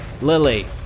Lily